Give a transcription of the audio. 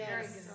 yes